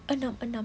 faham